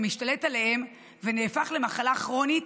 משתלט עליהם ונהפך למחלה כרונית,